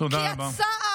כי את הצער